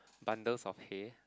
bundles of hay